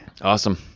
Awesome